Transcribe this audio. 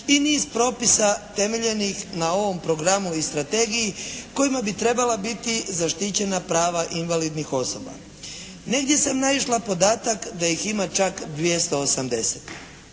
i niz propisa temeljenih na ovom programu i strategiji kojima bi trebala biti zaštićena prava invalidnih osoba. Negdje sam naišla na podatak da ih ima čak 280.